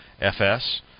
FS